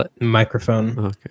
microphone